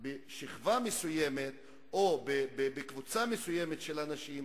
בשכבה מסוימת או בקבוצה מסוימת של אנשים,